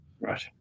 Right